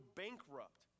bankrupt